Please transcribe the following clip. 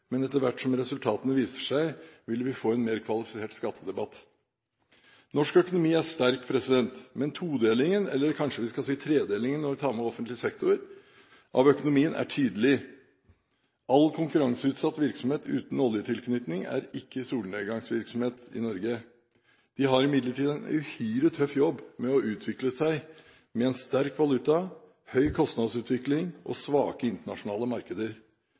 men etter hvert som resultatene viser seg, vil vi få en mer kvalifisert skattedebatt. Norsk økonomi er sterk, men todelingen – eller kanskje vi skal si tredelingen når vi tar med offentlig sektor – av økonomien er tydelig. All konkurranseutsatt virksomhet uten oljetilknytning er ikke solnedgangsvirksomhet i Norge. De har imidlertid en uhyre tøff jobb med å utvikle seg med en sterk valuta, høy kostnadsutvikling og svake internasjonale markeder.